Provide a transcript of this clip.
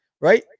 right